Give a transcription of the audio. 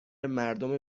مردم